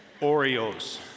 Oreos